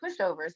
pushovers